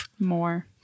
More